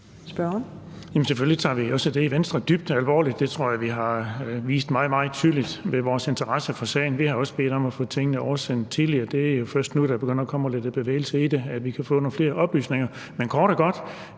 selvfølgelig tager vi det også dybt alvorligt i Venstre. Det tror jeg at vi har vist meget, meget tydeligt med vores interesse for sagen. Vi har også bedt om at få tingene oversendt tidligere. Det er jo først nu, at der begynder at komme lidt bevægelse i det, så vi kan få nogle flere oplysninger. Nu er der